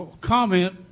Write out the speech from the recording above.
Comment